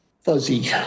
fuzzy